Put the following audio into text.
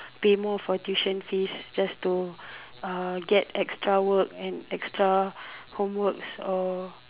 pay more for tuition fees just to uh get extra work and extra homeworks or